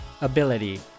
ability